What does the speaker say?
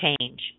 change